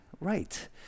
Right